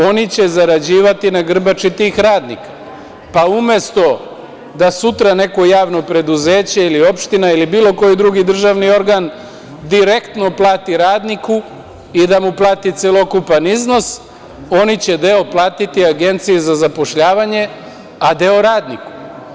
Oni će zarađivati na grbači tih radnika, pa umesto da sutra neko javno preduzeće ili opština, ili bilo koji drugi državni organ direktno plati radniku i da mu plati celokupan iznos, oni će deo platiti Agenciji za zapošljavanje, a deo radniku.